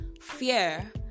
fear